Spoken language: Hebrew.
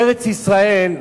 ארץ-ישראל היא,